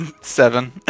seven